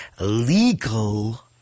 legal